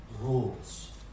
rules